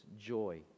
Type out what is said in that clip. joy